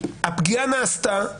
הפגיעה נעשתה.